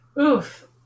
Oof